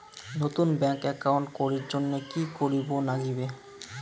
নতুন bank account করির জন্যে কি করিব নাগিবে?